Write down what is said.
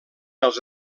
els